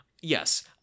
Yes